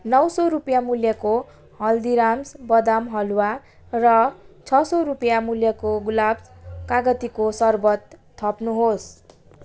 नौ सौ रुपियाँ मूल्यको हल्दीराम्स बदाम हलुवा र छ सौ रुपियाँ मूल्यको गुलाब्स कागतीको सरबत थप्नुहोस्